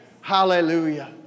Hallelujah